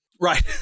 Right